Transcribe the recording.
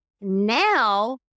now